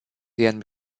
deren